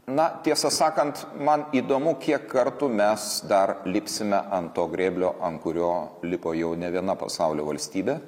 na tiesą sakant man įdomu kiek kartų mes dar lipsime ant to grėblio ant kurio lipo jau nė viena pasaulio valstybė